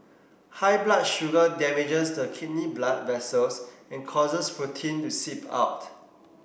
high blood sugar damages the kidney blood vessels and causes protein to seep out